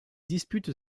dispute